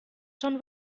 schon